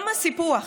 גם הסיפוח,